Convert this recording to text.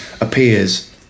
appears